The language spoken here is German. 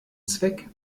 zweck